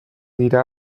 dira